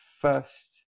first